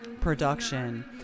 production